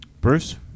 Bruce